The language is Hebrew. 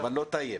אבל לא טייב.